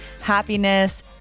happiness